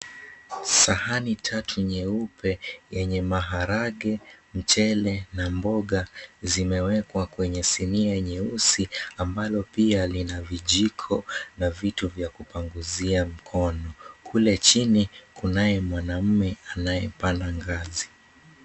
Sahani tatu nyeupe yenye maharagwe, mchele, na mboga zimewekwa kwenye sinia nyeusi ambalo pia lina vijiko na vitu vya kupanguzia mkono. Kule chini kunaye mwanaume anayepanda ngazi.